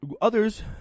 Others